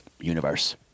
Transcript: universe